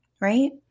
right